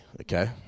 okay